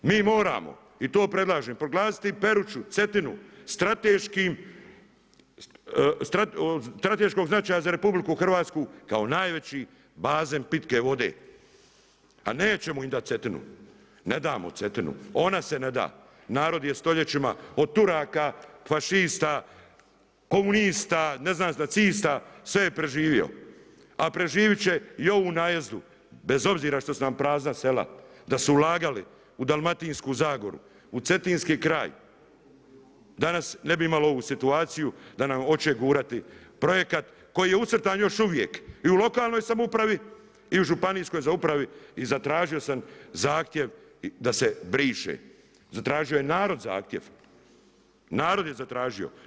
Mi moramo i to predlažem proglasiti Peruću, Cetinu strateškim, od strateškog značaja za RH kao najveći bazen pitke vode a nećemo im dati Cetinu, ona se ne da, narod je stoljećima od Turaka, fašista, komunista, ne znam nacista, sve je preživio a preživjeti će i ovu najezdu, bez obzira što su nam prazna sela, da su ulagali u Dalmatinsku zagoru, u Cetinski kraj, danas ne bi imali ovu situaciju da nam hoće gurati projekat koji je ucrtan još uvijek i u lokalnoj samoupravi i u županijskoj upravi i zatražio sam zahtjev da se briše, zatražio je narod zahtjev, narod je zatražio.